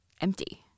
empty